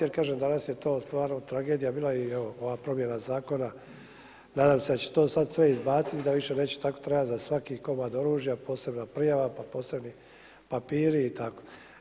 Jer kažem danas je to stvarno tragedija bila evo i ova promjena zakona, nadam se da će to sada sve izbaciti i da više neće tako trebati za svaki komad oružja posebna prijava, pa posebni papiri i tako.